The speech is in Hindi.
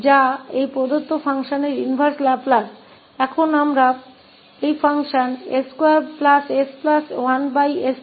अब हम इस फंक्शनके लाप्लास इनवर्स को खोजना चाहते हैं 𝑠2s1s3s